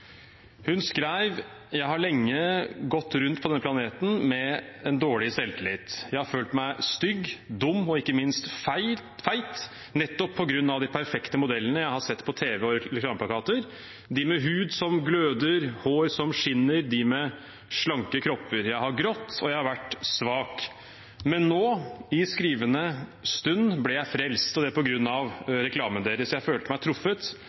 Hun skrev: Jeg har lenge gått rundt på denne planeten med en dårlig selvtillit. Jeg har følt meg stygg, dum og ikke minst feit, nettopp på grunn av de perfekte modellene jeg har sett på tv og reklameplakater. De med hud som gløder, hår som skinner, de med slanke kropper. Jeg har grått, og jeg har vært svak. Men nå, i skrivende stund, ble jeg frelst, og det er på grunn av reklamen deres. Jeg følte meg truffet